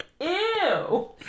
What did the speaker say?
Ew